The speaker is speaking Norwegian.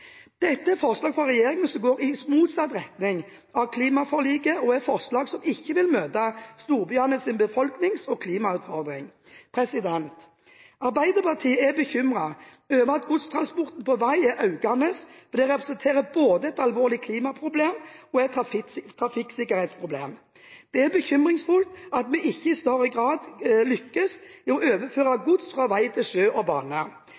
Dette er forslag fra regjeringen som går i motsatt retning av klimaforliket, og det er forslag som ikke vil møte storbyenes befolknings- og klimautfordring. Arbeiderpartiet er bekymret over at godstransporten på vei er økende, for det representerer både et alvorlig klimaproblem og et trafikksikkerhetsproblem. Det er bekymringsfullt at vi ikke i større grad lykkes i å overføre gods fra vei til sjø og bane,